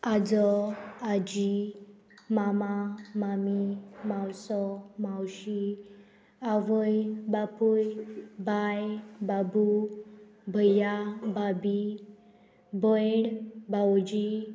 आजो आजी मामा मामी मावसो मावशी आवय बापूय बाय बाबू भय्या भाबी भयण भावोजी